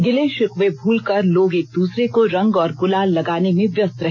गिले शिकवे भूलकर लोग एक दूसरे को रंग और गुलाल लगाने मे व्यस्त रहे